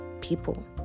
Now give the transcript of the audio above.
people